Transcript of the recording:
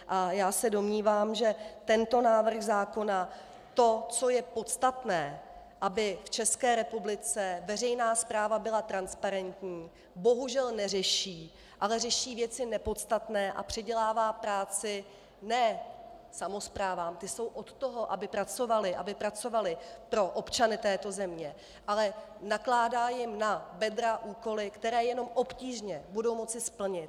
A já se domnívám, že tento návrh zákona to, co je podstatné, aby v České republice veřejná správa byla transparentní, bohužel neřeší, ale řeší věci nepodstatné a přidělává práci ne samosprávám ty jsou od toho, aby pracovaly, aby pracovaly pro občany této země , ale nakládá jim na bedra úkoly, které jenom obtížně budou moci splnit.